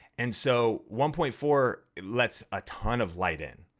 and so one point four it lets a ton of light in.